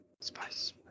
Spice